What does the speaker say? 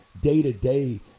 day-to-day